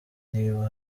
niba